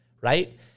right